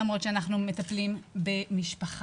למרות שאנחנו מטפלים במשפחה.